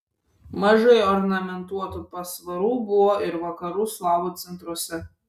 mažai ornamentuotų pasvarų buvo ir vakarų slavų centruose